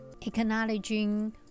Acknowledging